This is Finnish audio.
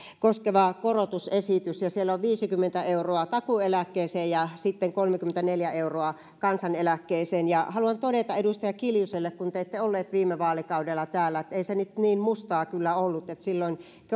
koskeva korotusesitys viisikymmentä euroa takuueläkkeeseen ja kolmekymmentäneljä euroa kansaneläkkeeseen ja haluan todeta edustaja kiljuselle kun te ette ollut viime vaalikaudella täällä että ei se nyt niin mustaa kyllä ollut silloin